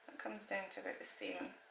comes down to the same